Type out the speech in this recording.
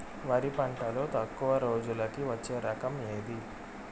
వరి పంటలో తక్కువ రోజులకి వచ్చే రకం ఏది?